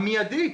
המיידית,